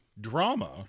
drama